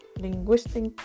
linguistic